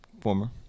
Former